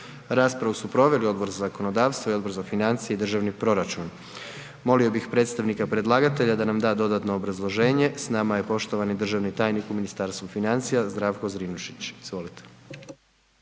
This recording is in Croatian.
Raspravu su proveli Odbor za zakonodavstvo i Odbor za turizam. Sada bi molio predstavnika predlagatelja, da nam da dodatno obrazloženje. S nama je državni tajnik u Ministarstvu turizma, Tonči Glavina, izvolite.